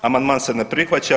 Amandman se ne prihvaća.